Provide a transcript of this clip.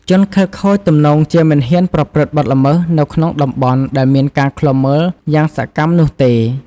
ជនខិលខូចទំនងជាមិនហ៊ានប្រព្រឹត្តបទល្មើសនៅក្នុងតំបន់ដែលមានការឃ្លាំមើលយ៉ាងសកម្មនោះទេ។